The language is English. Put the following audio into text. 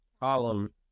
column